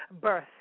birth